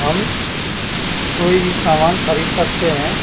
हम कोई भी समान खरीद सकते हैं